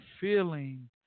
feeling